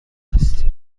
است